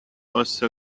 was